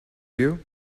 you